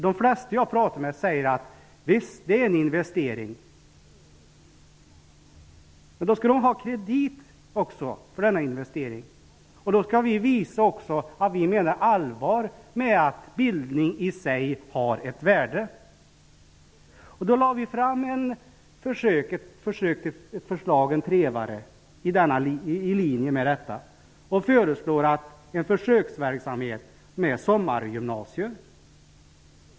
De flesta jag pratar med säger: Visst, det är en investering. Då skall de studerande också ha kredit för denna investering. Då skall vi visa att vi menar allvar med att bildning i sig har ett värde. Vi gjorde en trevare i linje med detta och föreslog en försöksverksamhet med sommargymnasier.